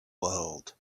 world